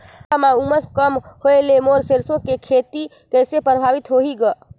हवा म उमस कम होए ले मोर सरसो के खेती कइसे प्रभावित होही ग?